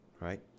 right